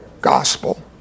gospel